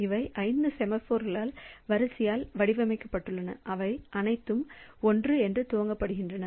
அவை 5 செமாஃபோர்களால் வரிசையால் வடிவமைக்கப்பட்டுள்ளன அவை அனைத்தும் 1 என்று துவக்கப்படுகின்றன